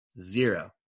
Zero